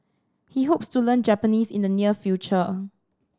he hopes to learn Japanese in the near future